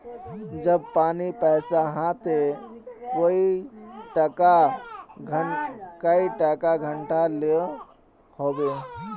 जब पानी पैसा हाँ ते कई टका घंटा लो होबे?